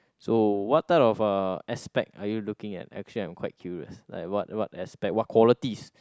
so what type of uh aspect are you looking at actually I'm quite curious like what what aspect what qualities